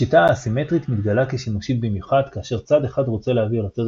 השיטה האסימטרית מתגלה כשימושית במיוחד כאשר צד אחד רוצה להעביר לצד